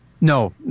No